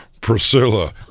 Priscilla